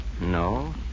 No